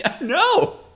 No